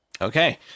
Okay